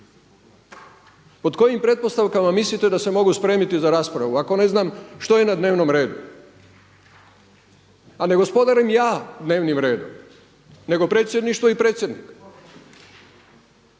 Pod kojim pretpostavkama mislite da se mogu spremiti za raspravu ako ne znam što je na dnevnom redu, a ne gospodarim ja dnevnim redom nego predsjedništvo i predsjednik.